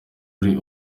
ari